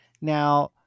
Now